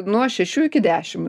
nuo šešių iki dešim